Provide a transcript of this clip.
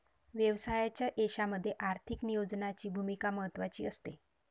व्यवसायाच्या यशामध्ये आर्थिक नियोजनाची भूमिका महत्त्वाची असते